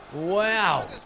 Wow